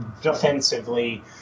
defensively